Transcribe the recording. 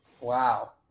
Wow